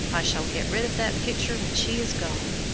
i shall get rid of that picture when she is gone.